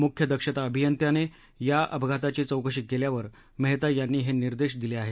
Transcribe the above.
मुख्य दक्षता अभियंत्याने या अपघाताची चौकशी केल्यावर मेहता यांनी हे निर्देश दिले आहेत